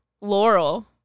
Laurel